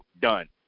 Done